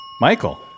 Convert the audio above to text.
Michael